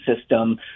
system